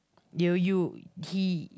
near you he